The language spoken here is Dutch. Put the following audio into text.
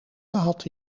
gehad